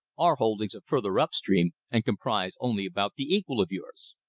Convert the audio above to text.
our holdings are further up stream, and comprise only about the equal of yours.